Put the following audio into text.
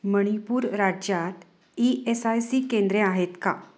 मणिपूर राज्यात E S I C केंद्रे आहेत का